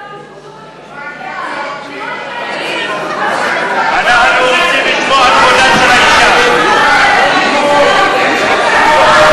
להסיר מסדר-היום את הצעת חוק הרשויות המקומיות (בחירות) (תיקון,